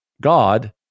God